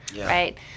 Right